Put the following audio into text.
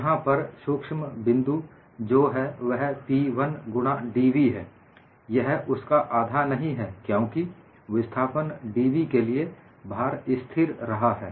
यहां पर सूक्ष्म बिंदु जो है वह P1 गुणा dv है यह उसका आधा नहीं है क्योंकि विस्थापन dv के लिए भार स्थिर रहा है